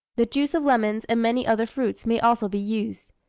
the juice of lemons and many other fruits may also be used.